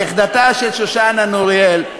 נכדתה של שושנה נוריאל,